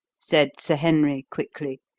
said sir henry quickly.